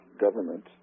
government